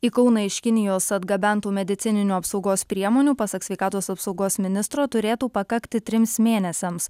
į kauną iš kinijos atgabentų medicininių apsaugos priemonių pasak sveikatos apsaugos ministro turėtų pakakti trims mėnesiams